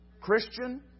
Christian